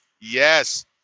Yes